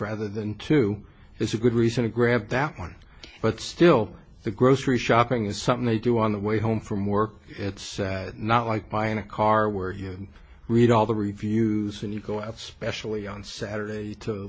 rather than two is a good reason to grab that one but still the grocery shopping is something they do on the way home from work it's not like buying a car where you read all the reviews and you go up specially on saturday to